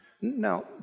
Now